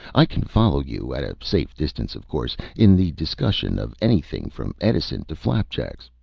i can follow you at a safe distance, of course in the discussion of anything, from edison to flapjacks.